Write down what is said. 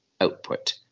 output